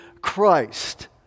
Christ